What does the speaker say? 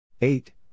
eight